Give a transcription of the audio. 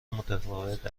متفاوت